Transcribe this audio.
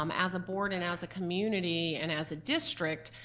um as a board and as a community and as a district,